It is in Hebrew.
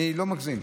אני לא מגזים.